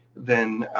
then,